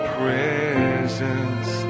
presence